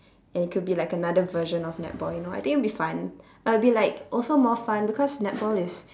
and it could be like another version of netball you know I think it would be fun it'll be like also more fun because netball is